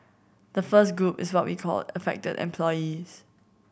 the first group is what we called affected employees